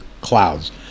clouds